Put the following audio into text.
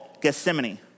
Gethsemane